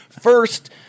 first